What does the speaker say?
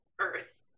Earth